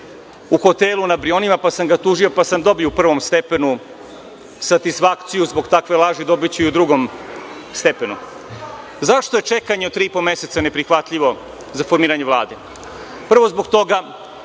u hotelu na Brionima, pa sam ga tužio i dobio u prvom stepenu satisfakciju zbog takve laži, a dobiću i u drugom stepenu.Zašto je čekanje od tri i po meseca neprihvatljivo za formiranje Vlade? Prvo, zbog toga